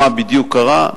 מה בדיוק קרה,